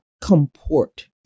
comport